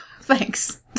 Thanks